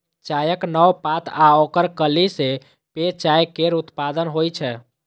चायक नव पात आ ओकर कली सं पेय चाय केर उत्पादन होइ छै